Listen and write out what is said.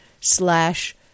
slash